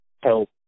help